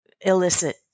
illicit